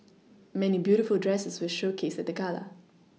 many beautiful dresses were showcased at the gala